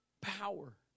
power